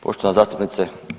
Poštovana zastupnice.